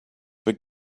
for